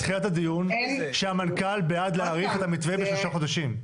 הדיון שהמנכ"ל בעד להאריך את המתווה בשלושה חודשים.